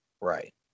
Right